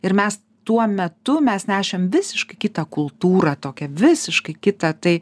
ir mes tuo metu mes nešėm vis kitą kultūrą tokią visiškai kitą tai